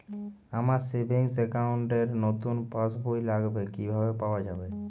আমার savings account র নতুন পাসবই লাগবে, কিভাবে পাওয়া যাবে?